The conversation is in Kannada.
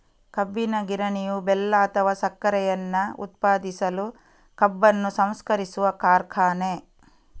ಕಬ್ಬಿನ ಗಿರಣಿಯು ಬೆಲ್ಲ ಅಥವಾ ಸಕ್ಕರೆಯನ್ನ ಉತ್ಪಾದಿಸಲು ಕಬ್ಬನ್ನು ಸಂಸ್ಕರಿಸುವ ಕಾರ್ಖಾನೆ